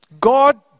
God